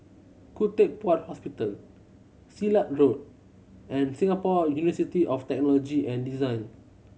Khoo Teck Puat Hospital Silat Road and Singapore University of Technology and Design